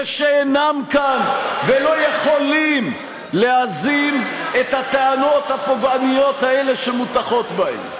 ושאינם כאן ולא יכולים להזים את הטענות הפוגעניות האלה שמוטחות בהם.